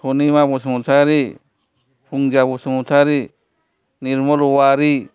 Sanima Basumatary Phunja Basumatary Nirmal Avari